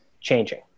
changing